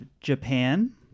Japan